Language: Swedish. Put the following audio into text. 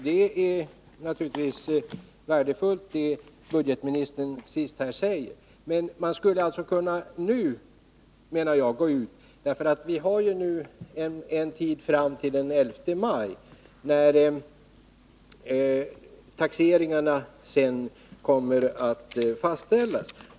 Fru talman! Det som budgetministern sade senast är naturligtvis värdefullt. Men jag menar att man skulle kunna gå ut nu, eftersom vi ju har tid fram till den 11 maj, varefter taxeringarna kommer att fastställas.